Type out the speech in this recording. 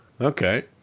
Okay